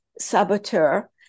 saboteur